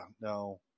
No